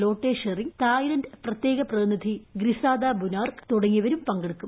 Lotay Tshering Thailand പ്രത്യേക പ്രിതിനിധി Krisada Boonrach തുടങ്ങിയവരും പങ്കെടുക്കും